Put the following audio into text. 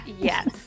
Yes